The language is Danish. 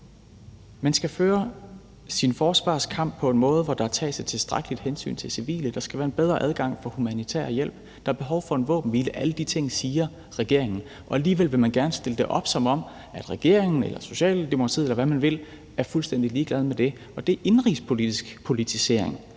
Man skal føre sin forsvarskamp på en måde, hvor der tages et tilstrækkeligt hensyn til civile, der skal være en bedre adgang for humanitær hjælp, og der er behov for en våbenhvile. Alle de ting siger regeringen, og alligevel vil man gerne stille det op, som om regeringen, Socialdemokratiet, eller hvad man vil, er fuldstændig ligeglade med det. Det er indenrigspolitisk politisering